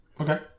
Okay